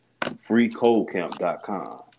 freecoldcamp.com